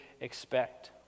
expect